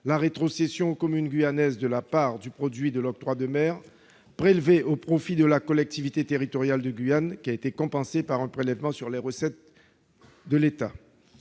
la rétrocession aux communes guyanaises de la part du produit de l'octroi de mer prélevée au profit de la collectivité territoriale de Guyane a été compensée par un prélèvement sur les recettes de l'État.